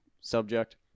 subject